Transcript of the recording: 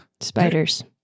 Spiders